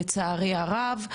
לצערי הרב,